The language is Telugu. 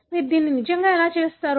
మీరు దీన్ని నిజంగా ఎలా చేస్తారు